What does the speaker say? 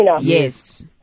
Yes